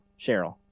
Cheryl